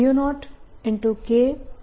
l0K l d આપે છે